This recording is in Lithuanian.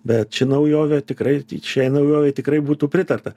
bet ši naujovė tikrai ir šiai naujovei tikrai būtų pritarta